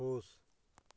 ख़ुश